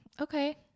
okay